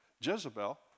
Jezebel